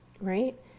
right